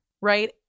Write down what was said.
Right